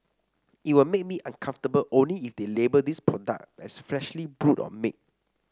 it will make me uncomfortable only if they label these product as freshly brewed or made